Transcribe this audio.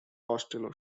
costello